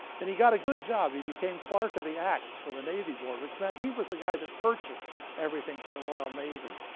and he got a good job, he became clerk of the acts for the navy board, which meant he was the guy that purchased everything for the royal navy,